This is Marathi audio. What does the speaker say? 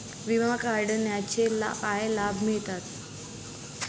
विमा काढण्याचे काय लाभ मिळतात?